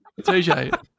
TJ